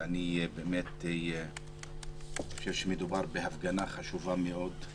ואני חושב שמדובר בהפגנה חשובה מאוד,